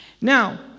Now